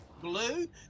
Blue